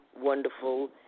wonderful